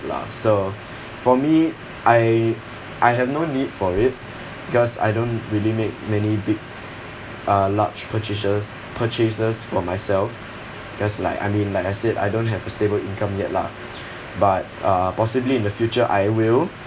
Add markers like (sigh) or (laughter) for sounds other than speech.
lah so for me I I have no need for it because I don't really make many big uh large purchases purchased for myself cause like I mean like I said I don't have a stable income yet lah (breath) but uh possibly in the future I will